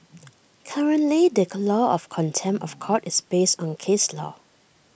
currently the law of contempt of court is based on case law